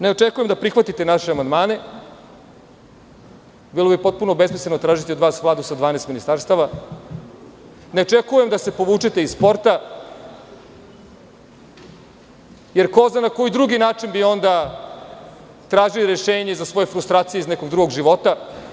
Ne očekujem da prihvatite naše amandmane, deluje potpuno besmisleno tražiti od vas Vladu sa 12 ministarstava, ne očekujem da se povučete iz sporta, jer ko zna na koji drugi način bi onda tražili rešenje za svoje frustracije iz nekog drugog života.